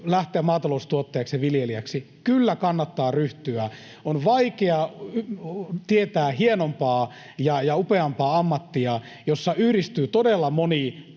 lähteä maataloustuottajaksi, viljelijäksi. Kyllä kannattaa ryhtyä. On vaikea tietää hienompaa ja upeampaa ammattia, jossa yhdistyy todella moni